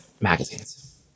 magazines